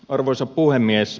arvoisa puhemies